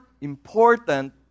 important